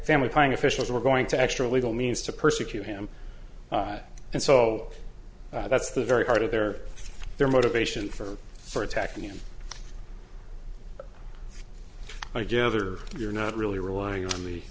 family planning officials were going to extra legal means to persecute him and so that's the very heart of their their motivation for for attacking him i gather you're not really relying on the